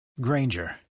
Granger